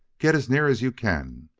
get as near as you can!